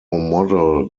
model